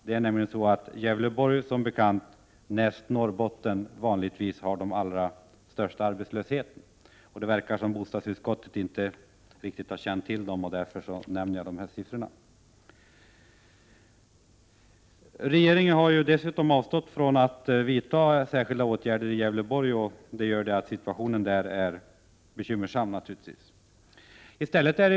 Som bekant har vanligtvis Gävleborg den näst efter Norrbotten största arbetslösheten. Det verkar som om bostadsutskottet inte riktigt har känt till dessa siffror, och det var därför som jag nämnde dem. Regeringen har dessutom avstått från att vidta särskilda åtgärder i Gävleborg. Detta gör att situationen där naturligtvis är bekymmersam.